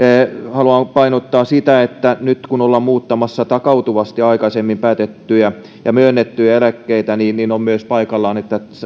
haluan painottaa sitä että nyt kun olemme muuttamassa takautuvasti aikaisemmin päätettyjä ja myönnettyjä eläkkeitä niin niin on myös paikallaan että